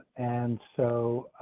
and so.